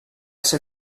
ser